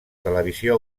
televisió